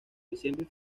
diciembre